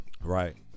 Right